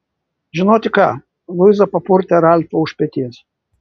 žinoti ką luiza papurtė ralfą už peties